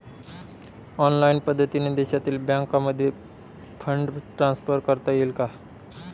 Online पद्धतीने देशातील बँकांमध्ये फंड ट्रान्सफर करता येईल का?